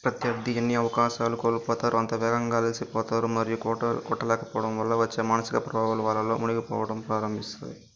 ప్రత్యర్థి ఎన్ని అవకాశాలు కోల్పోతారో అంత వేగంగా అలసిపోతారు మరియు కోట కొట్టలేక పోవడం వల్ల వచ్చే మానసిక ప్రభావాలు వాళ్ళలో మునిగిపోవడం ప్రారంభిస్తాయి